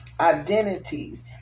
identities